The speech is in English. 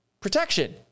protection